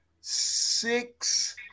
six